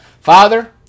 Father